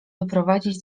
wyprowadzić